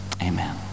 Amen